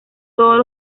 todos